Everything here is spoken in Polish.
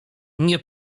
nie